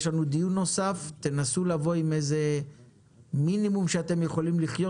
יש לנו דיון נוסף אליו תנסו לבוא עם מינימום שאתם יכולים לחיות